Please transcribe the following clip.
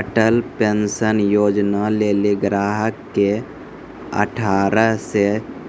Atal pension योजना लेली ग्राहक के अठारह से